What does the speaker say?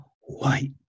white